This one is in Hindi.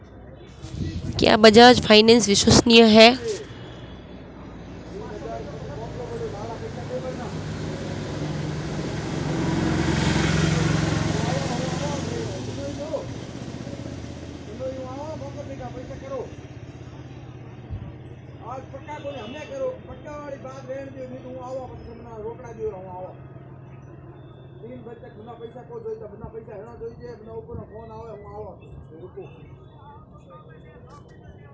क्या बजाज फाइनेंस विश्वसनीय है?